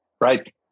right